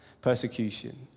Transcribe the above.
persecution